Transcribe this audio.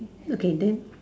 okay then